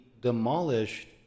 demolished